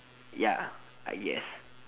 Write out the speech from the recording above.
ya I guess